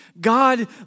God